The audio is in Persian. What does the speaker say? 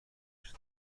گشت